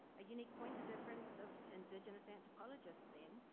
a unique pointer difference of indigenous anthropologists then.